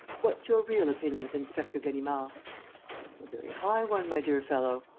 what's your real opinion of inspector ganimard? a very high one, my dear fellow.